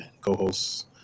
co-hosts